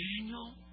Daniel